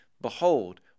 behold